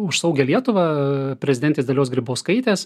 už saugią lietuvą prezidentės dalios grybauskaitės